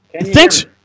Thanks